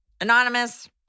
Anonymous